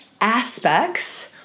aspects